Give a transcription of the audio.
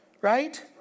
Right